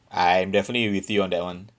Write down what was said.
I'm definitely with you on that [one]